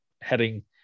heading